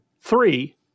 three